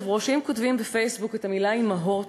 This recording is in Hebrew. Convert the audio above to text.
אם כותבים בפייסבוק את המילה אימהות,